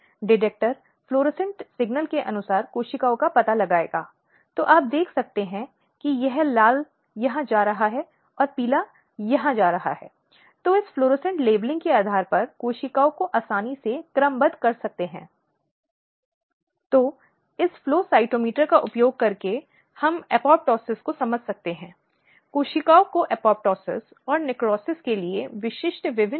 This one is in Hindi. तब अदालत सही तरीके से हस्तक्षेप कर सकती है और इस तरह के सवालों को रोक सकती है क्योंकि क्रॉस परीक्षा का मतलब यह नहीं है कि यह महिलाओं को परेशान करने का एक साधन है